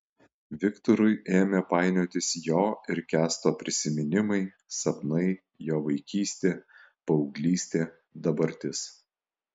viktorui ėmė painiotis jo ir kęsto prisiminimai sapnai jo vaikystė paauglystė dabartis